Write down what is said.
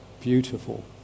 beautiful